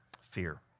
fear